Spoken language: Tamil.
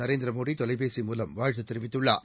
நரேந்திரமோடிதொலைபேசி மூலம் வாழ்த்துதெரிவித்துள்ளார்